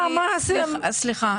סליחה.